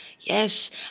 Yes